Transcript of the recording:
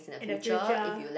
in the future